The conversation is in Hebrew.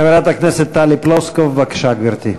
חברת הכנסת טלי פלוסקוב, בבקשה, גברתי.